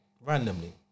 Randomly